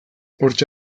hortxe